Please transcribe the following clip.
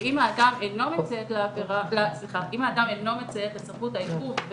ואם האדם אינו מציית לסמכות העיכוב,